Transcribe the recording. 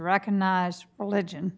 recognized religion